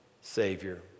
savior